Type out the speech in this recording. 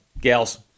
gals